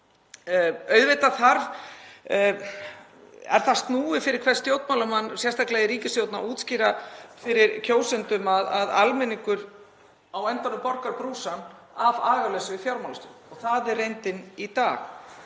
Auðvitað er það snúið fyrir hvern stjórnmálamann, sérstaklega í ríkisstjórn, að útskýra fyrir kjósendum að almenningur á endanum borgar brúsann af agaleysi við fjármálastjórn. Það er reyndin í dag